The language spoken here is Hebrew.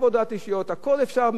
הכול אפשר מתוך נגיעה אישית.